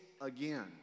again